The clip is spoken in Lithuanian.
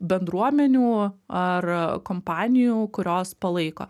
bendruomenių ar kompanijų kurios palaiko